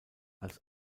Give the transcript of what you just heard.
als